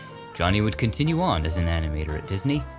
johnny would continue on as and animator at disney,